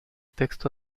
texto